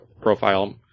profile